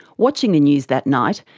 watching the news that night,